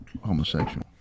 homosexual